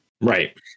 Right